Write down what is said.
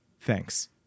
Thanks